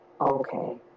okay